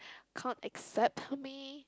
can't accept for me